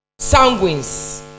Sanguines